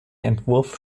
entwurf